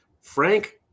frank